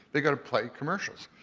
they gotta play commercials.